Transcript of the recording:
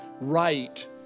right